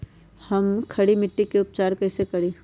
हम खड़ी मिट्टी के उपचार कईसे करी?